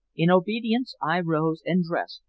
in obedience i rose and dressed,